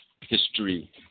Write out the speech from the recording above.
history